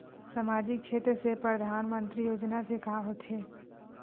सामजिक क्षेत्र से परधानमंतरी योजना से का होथे?